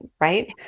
right